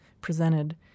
presented